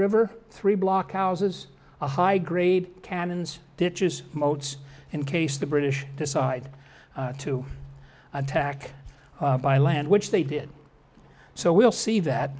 river three block houses a high grade cannons ditches motes in case the british decide to attack by land which they did so we'll see that